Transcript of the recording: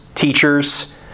teachers